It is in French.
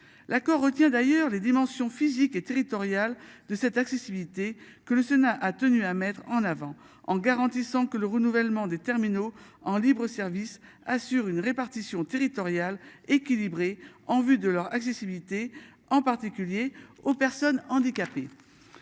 L'accord retient d'ailleurs les dimensions physiques et territoriale de cette accessibilité que le Sénat a tenu à mettre en avant en garantissant que le renouvellement des terminaux en libre-service assure une répartition territoriale équilibrée en vue de leur accessibilité en particulier aux personnes handicapées.